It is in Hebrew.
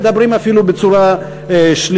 הם מדברים אפילו בצורה שלילית.